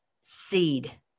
seed